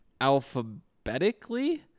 alphabetically